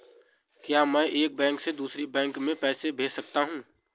क्या मैं एक बैंक से दूसरे बैंक में पैसे भेज सकता हूँ?